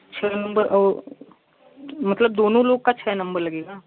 छः नंबर और मतलब दोनों लोगों का छः नंबर लगेगा